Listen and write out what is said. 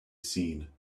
seen